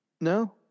No